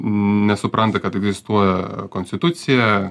nesupranta kad egzistuoja konstitucija